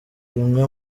rimwe